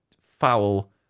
foul